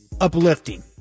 uplifting